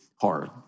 hard